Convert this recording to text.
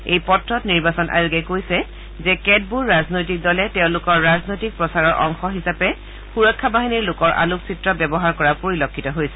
এই পত্ৰত নিৰ্বাচন আয়োগে কৈছে যে কেতবোৰ ৰাজনৈতিক দলে তেওঁলোকৰ ৰাজনৈতিক প্ৰচাৰৰ অংশ হিচাপে সুৰক্ষা বাহিনী লোকৰ আলোকচিত্ৰ ব্যৱহাৰ কৰা পৰিলক্ষিত হৈছে